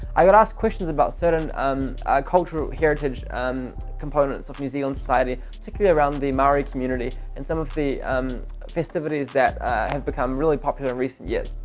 i got asked questions about certain um cultural heritage components of new zealand society, particularly around the maori community and some of the um festivities that have become really popular in recent years.